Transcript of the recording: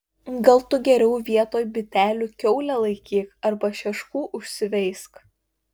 gal tu geriau vietoj bitelių kiaulę laikyk arba šeškų užsiveisk